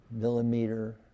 millimeter